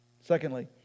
Secondly